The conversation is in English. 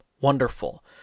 wonderful